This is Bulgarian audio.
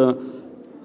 И на трето място, считаме, че мярката за